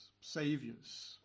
saviors